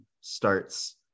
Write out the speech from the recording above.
starts